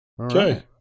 Okay